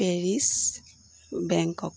Paris Bangkok